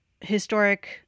historic